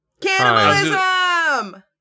Cannibalism